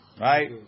right